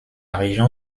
région